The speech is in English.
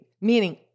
meaning